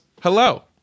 hello